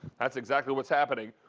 that's exactly what's happening.